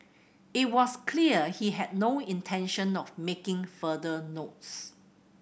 it was clear he had no intention of making further notes